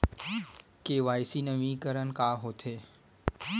KYC नवीनीकरण का होथे?